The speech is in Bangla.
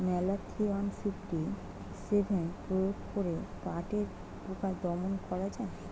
ম্যালাথিয়ন ফিফটি সেভেন প্রয়োগ করে পাটের পোকা দমন করা যায়?